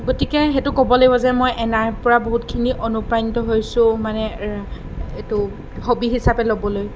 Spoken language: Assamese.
গতিকে সেইটো ক'ব লাগিব যে মই এনাইৰ পৰা বহুতখিনি অনুপ্ৰাণিত হৈছোঁ মানে এইটো হবী হিচাপে ল'বলৈ